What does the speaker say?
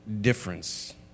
difference